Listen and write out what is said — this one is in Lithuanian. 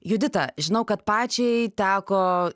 judita žinau kad pačiai teko